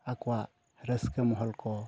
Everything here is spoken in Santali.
ᱟᱠᱚᱣᱟᱜ ᱨᱟᱹᱥᱠᱟᱹ ᱢᱚᱦᱚᱞ ᱠᱚ